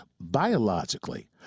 biologically